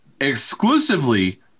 exclusively